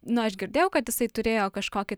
nu aš girdėjau kad jisai turėjo kažkokį